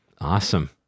Awesome